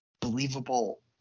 believable